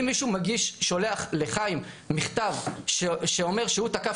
אם מישהו שולח לחיים מכתב שאומר שהוא תקף